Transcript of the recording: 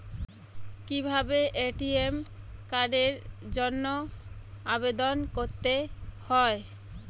কিভাবে এ.টি.এম কার্ডের জন্য আবেদন করতে হয়?